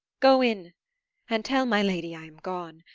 go in and tell my lady i am gone,